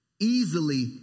easily